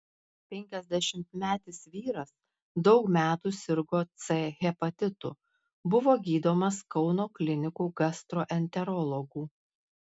penkiasdešimtmetis vyras daug metų sirgo c hepatitu buvo gydomas kauno klinikų gastroenterologų